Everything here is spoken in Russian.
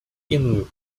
иную